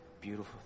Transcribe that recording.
beautiful